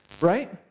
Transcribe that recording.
right